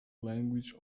language